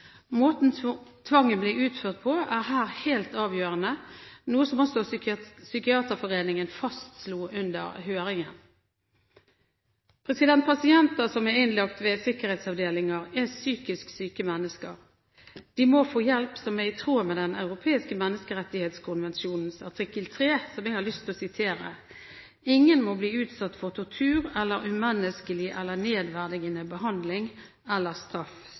Måten tvangen blir utøvd på, er her helt avgjørende, noe som også Norsk psykiatrisk forening fastslo under høringen. Pasienter som er innlagt ved sikkerhetsavdelinger, er psykisk syke mennesker. De må få hjelp som er i tråd med Den europeiske menneskerettighetkonvensjonens artikkel 3, som jeg har lyst til å sitere: «Ingen må bli utsatt for tortur eller umenneskelig eller nedverdigende behandling eller straff.»